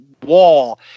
Wall